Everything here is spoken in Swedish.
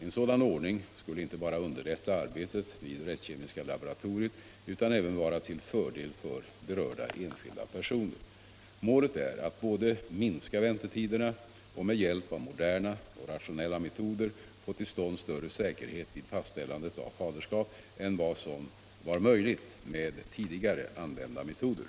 En sådan ordning skulle inte bara underlätta arbetet vid rättskemiska laboratoriet utan även vara till fördel för berörda enskilda personer. Målet är att både minska väntetiderna och med hjälp av moderna och rationella metoder få till stånd större säkerhet vid fastställande av faderskap än vad som var möjligt med tidigare använda metoder.